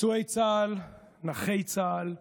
פצועי צה"ל, נכי צה"ל,